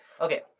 Okay